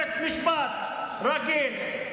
בית משפט רגיל,